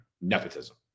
Nepotism